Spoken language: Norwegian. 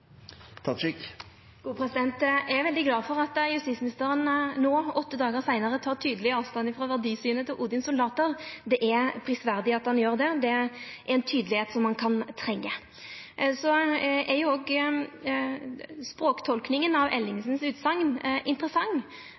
Eg er veldig glad for at justisministeren no, åtte dagar seinare, tek tydeleg avstand frå verdisynet til Odins soldater. Det er prisverdig at han gjer det, det er ei tydelegheit som ein kan trenga. Så er òg språktolkinga av utsegna til Ellingsen interessant.